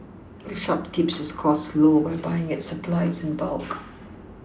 the shop keeps its costs low by buying its supplies in bulk